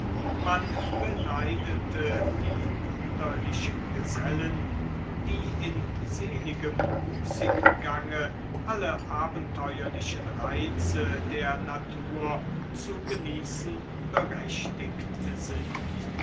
man beneidete die wunderlichen gesellen die in seligem müßiggange alle abenteuerlichen reize der natur zu genießen berechtigt sind